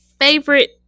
Favorite